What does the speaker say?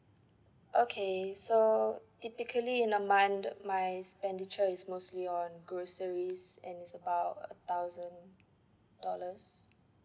okay so typically in a month my expenditure is mostly on groceries and it's about a thousand dollars